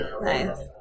Nice